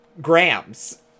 grams